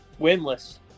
Winless